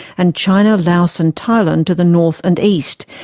and china, laos and thailand to the north and east,